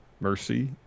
Mercy